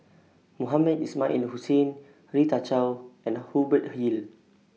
Mohamed Ismail Hussain Rita Chao and Hubert Hill